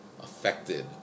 affected